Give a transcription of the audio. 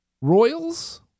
Royals